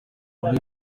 rurimi